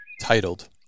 titled